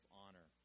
honor